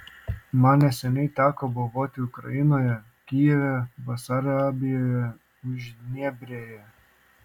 man neseniai teko buvoti ukrainoje kijeve besarabijoje uždnieprėje